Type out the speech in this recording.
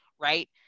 right